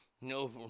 No